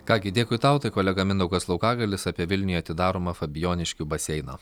ką gi dėkui tau tai kolega mindaugas laukagalis apie vilniuj atidaromą fabijoniškių baseiną